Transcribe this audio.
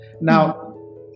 Now